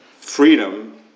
freedom